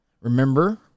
Remember